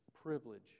privilege